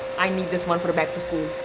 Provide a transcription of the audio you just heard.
i need this one for back to school.